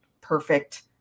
perfect